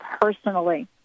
personally